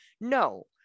No